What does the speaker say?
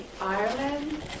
Ireland